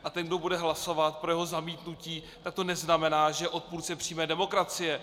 A ten, kdo bude hlasovat pro jeho zamítnutí, tak to neznamená, že je odpůrcem přímé demokracie.